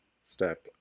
step